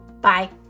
Bye